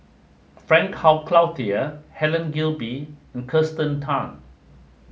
Frank Cloutier Helen Gilbey and Kirsten Tan